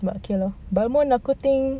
but okay lor balmond aku think